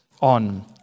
on